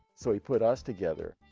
so he put us together.